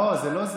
לא, זה לא זה.